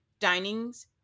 dinings